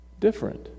different